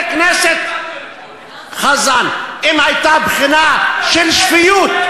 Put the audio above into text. לדבר, חבר הכנסת חזן, אם הייתה בחינה של שפיות,